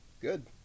Good